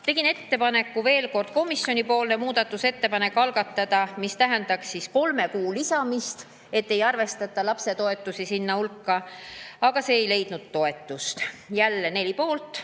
Tegin ettepaneku veel kord komisjoni muudatusettepaneku algatada, mis tähendaks kolme kuu lisamist, kui ei arvestata lapsetoetusi. Aga see ei leidnud toetust, jälle 4 poolt